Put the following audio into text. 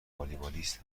والیبالیست